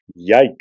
Yikes